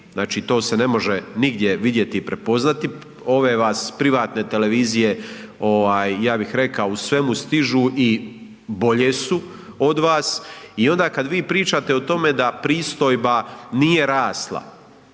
znači to se ne može nigdje vidjeti i prepoznati. Ove vas privatne televizije ja bih rekao u svemu stižu i bolje su od vas i onda kada vi pričate o tome da pristojba nije rasla,